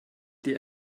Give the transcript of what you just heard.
die